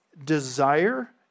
desire